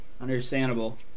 Understandable